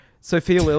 Sophia